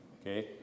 Okay